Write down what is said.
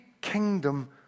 kingdom